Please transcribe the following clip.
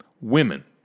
Women